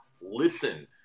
listen